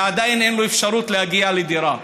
ועדיין אין לו אפשרות להגיע לדירה.